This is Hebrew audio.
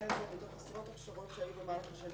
הזה מתוך עשרות הכשרות שהיו במהלך השנים,